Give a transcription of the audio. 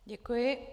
Děkuji.